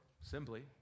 simply